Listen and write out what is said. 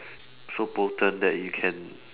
so potent that you can